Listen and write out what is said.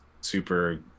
super